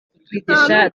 kutwigisha